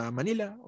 Manila